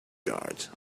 guards